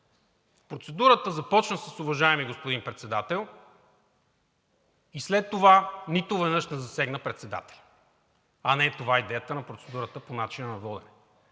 процедурата започна с „Уважаеми господин Председател!“, и след това нито веднъж не засегна председателя, а не това е идеята на процедурата по начина на водене.